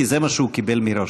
כי זה מה שהוא קיבל מראש.